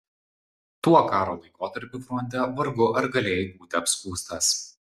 tuo karo laikotarpiu fronte vargu ar galėjai būti apskųstas